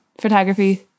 photography